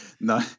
no